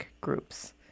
groups